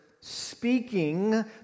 Speaking